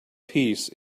peace